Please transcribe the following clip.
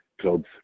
clubs